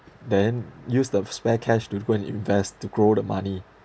then use the spare cash to go and invest to grow the money